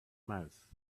mouth